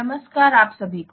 नमस्कार आप सभी को